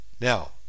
now